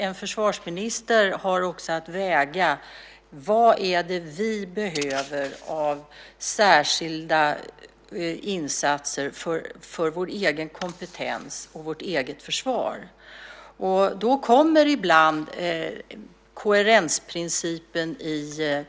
En försvarsminister har emellertid att även väga in vad vi behöver i form av särskilda insatser för vår egen kompetens och vårt eget försvar. Då blir det ibland en konflikt med koherensprincipen.